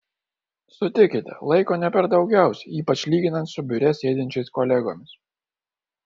sutikite laiko ne per daugiausiai ypač lyginant su biure sėdinčiais kolegomis